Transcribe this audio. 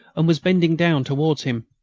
and was bending down towards him.